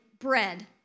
bread